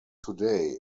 today